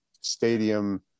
stadium